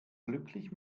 glücklich